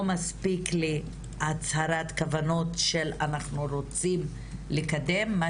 לא מספיק לי הצהרת כוונות של "אנחנו רוצים לקדם" מה